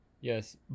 Yes